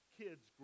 kids